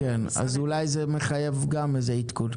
אולי זה מחייב איזה עדכון.